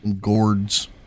gourds